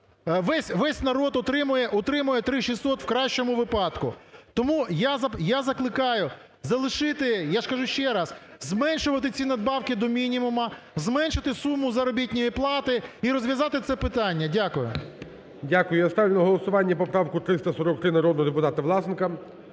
весь народ отримує 3600 в кращому випадку. Тому я закликаю залишити, я ж кажу ще раз, зменшувати ці надбавки до мінімуму, зменшувати суму заробітної плати і розв'язати це питання. Дякую. ГОЛОВУЮЧИЙ. Дякую. Я ставлю на голосування поправку 343 народного депутата Власенка.